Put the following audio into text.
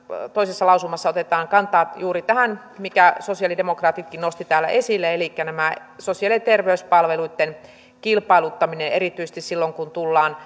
toisessa lausumassa otetaan kantaa juuri tähän minkä sosialidemokraatitkin nostivat täällä esille elikkä sosiaali ja terveyspalveluitten kilpailuttamiseen erityisesti silloin kun tullaan